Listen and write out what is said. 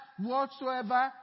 whatsoever